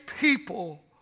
people